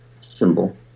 symbol